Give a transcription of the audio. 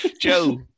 Joe